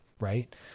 right